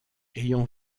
ayant